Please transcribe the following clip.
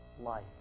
life